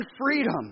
freedom